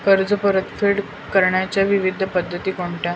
कर्ज परतफेड करण्याच्या विविध पद्धती कोणत्या?